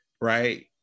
Right